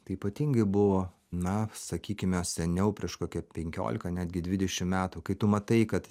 tai ypatingai buvo na sakykime seniau prieš kokia penkiolika netgi dvidešim metų kai tu matai kad